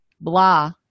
blah